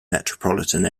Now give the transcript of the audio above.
metropolitan